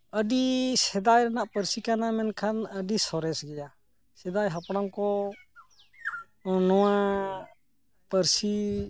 ᱟᱹᱰᱤ ᱥᱮᱫᱟᱭ ᱨᱮᱱᱟᱜ ᱯᱟᱹᱨᱥᱤ ᱠᱟᱱᱟ ᱢᱮᱱᱠᱷᱟᱱ ᱟᱹᱰᱤ ᱥᱚᱨᱮᱥ ᱜᱮᱭᱟ ᱥᱮᱫᱟᱭ ᱦᱟᱯᱲᱟᱢ ᱠᱚ ᱱᱚᱣᱟ ᱯᱟᱹᱨᱥᱤ